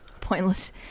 Pointless